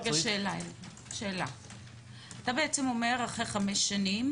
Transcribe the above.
צריך --- אתה בעצם אומר שאחרי 5 שנים